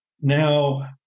Now